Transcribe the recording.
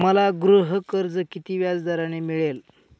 मला गृहकर्ज किती व्याजदराने मिळेल?